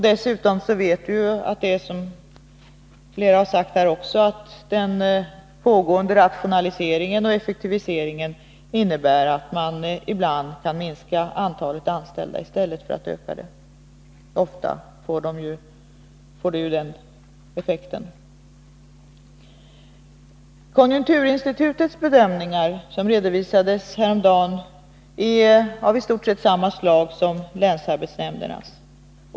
Dessutom vet vi, vilket också sagts, att den pågående rationaliseringen och effektiviseringen innebär att man ibland kan minska i stället för att öka antalet anställda — det blir effekten. Konjunkturinstitutets bedömningar, som redovisades häromdagen, är av i stort sett samma slag som länsarbetsnämndernas.